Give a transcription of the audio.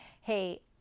hey